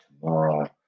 tomorrow